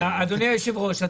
אדוני היושב-ראש,